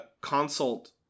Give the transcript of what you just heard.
consult